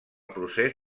procés